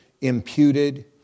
imputed